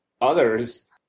others